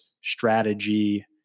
strategy